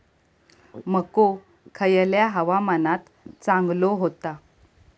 मको खयल्या हवामानात चांगलो होता?